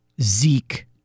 Zeke